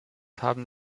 haben